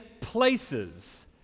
places